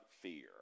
fear